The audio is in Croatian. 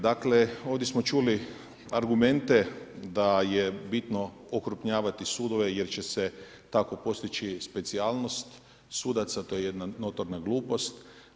Dakle, ovdje smo čuli argumente da je bitno okrupnjavati sudove, jer će se tako postići specijalnost sudaca, to je jedna notorna glupost.